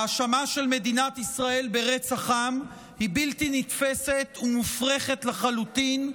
האשמה של מדינת ישראל ברצח עם היא בלתי נתפסת ומופרכת לחלוטין,